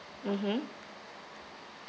mmhmm